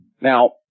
Now